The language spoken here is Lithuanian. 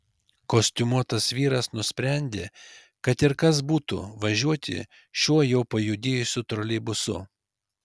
kostiumuotas vyras nusprendė kad ir kas būtų važiuoti šiuo jau pajudėjusiu troleibusu